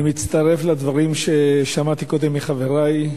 תודה, אני מצטרף לדברים ששמעתי קודם מחברי.